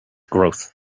growth